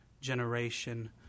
generation